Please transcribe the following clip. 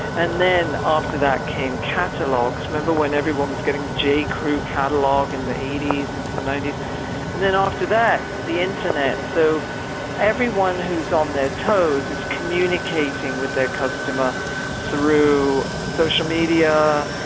and then after that came catalogs member when everyone was getting the g. crew catalog in the eighty s into the ninety and then after that, the internet. so everyone who's on their toes is communicating with their customer through social media.